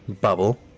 Bubble